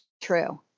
true